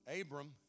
Abram